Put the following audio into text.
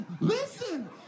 listen